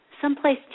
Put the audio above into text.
someplace